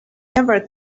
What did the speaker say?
never